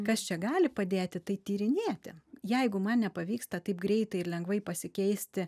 kas čia gali padėti tai tyrinėti jeigu man nepavyksta taip greitai ir lengvai pasikeisti